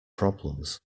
problems